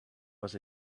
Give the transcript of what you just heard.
was